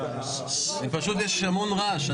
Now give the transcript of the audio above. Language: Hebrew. פשוט יש המון רעש.